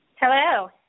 Hello